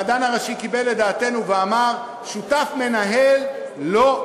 המדען הראשי קיבל את דעתנו ואמר: שותף מנהל לא,